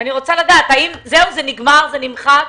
אני רוצה לדעת האם זה נגמר, זה נמחק?